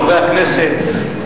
חברי הכנסת,